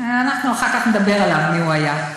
אנחנו אחר כך נדבר עליו, מי הוא היה.